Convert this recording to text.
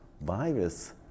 virus